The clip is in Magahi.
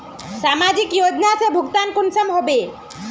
समाजिक योजना से भुगतान कुंसम होबे?